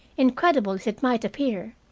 incredible as it might appear,